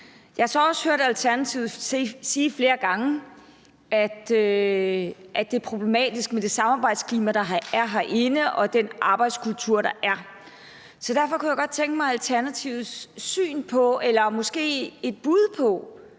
Jeg har så også hørt Alternativet sige flere gange, at det er problematisk med det samarbejdsklima, der er herinde, og den arbejdskultur, der er. Derfor kunne jeg godt tænke mig at høre Alternativets syn på eller måske få et bud på,